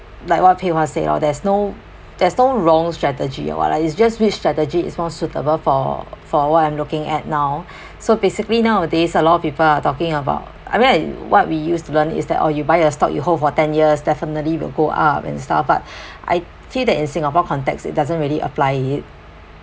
like what Pei Hwa say lor there's no there's no wrong strategy or what lah it's just which strategy is more suitable for for what I'm looking at now so basically nowadays a lot of people are talking about I mean what we used to learn is that oh you buy a stock you hold for ten years definitely will go up and stuff but I see that in singapore context it doesn't really apply it